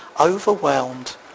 overwhelmed